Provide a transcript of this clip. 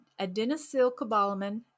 adenosylcobalamin